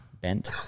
bent